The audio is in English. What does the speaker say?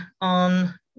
on